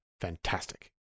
fantastic